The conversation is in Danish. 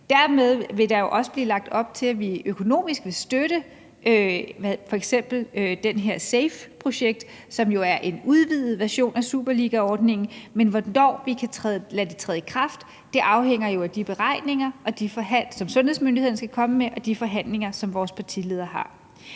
Dermed vil der jo også blive lagt op til, at vi økonomisk vil støtte med f.eks. det her SAFE-projekt, som jo er en udvidet version af »Superligaordningen«, men hvornår vi kan lade det træde i kraft, afhænger jo af de beregninger, som sundhedsmyndighederne skal komme med, og de forhandlinger, som vores partiledere har.